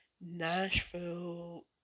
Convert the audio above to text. Nashville